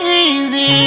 easy